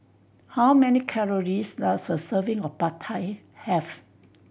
how many calories does a serving of Pad Thai have